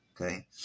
Okay